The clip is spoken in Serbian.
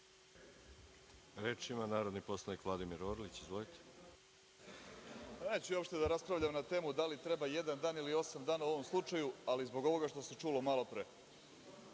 Reč ima narodni poslanik Vladimir Orlić. Izvolite. **Vladimir Orlić** Neću ja uopšte da raspravljam na temu da li treba jedan dan ili osam dana u ovom slučaju, ali zbog ovoga što se čulo malopre